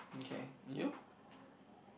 okay you